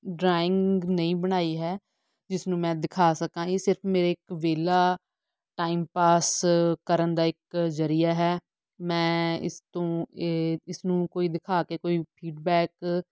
drawing ਨਹੀਂ ਬਣਾਈ ਹੈ ਜਿਸ ਨੂੰ ਮੈਂ ਦਿਖਾ ਸਕਾਂ ਇਹ ਸਿਰਫ਼ ਮੇਰੇ ਇੱਕ ਵਿਹਲਾ ਟਾਈਮ ਪਾਸ ਕਰਨ ਦਾ ਇੱਕ ਜ਼ਰੀਆ ਹੈ ਮੈਂ ਇਸ ਤੋਂ ਇਹ ਇਸਨੂੰ ਕੋਈ ਦਿਖਾ ਕੇ ਕੋਈ ਫੀਡਬੈਕ